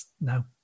no